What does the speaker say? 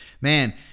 Man